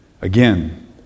Again